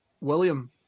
William